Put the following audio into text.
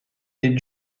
est